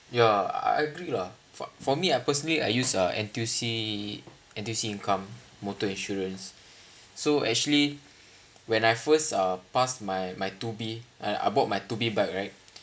ya I agree lah for for me I personally I use uh N_T_U_C N_T_U_C income motor insurance so actually when I first uh passed my my two B and I bought my two B bike right